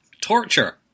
torture